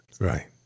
Right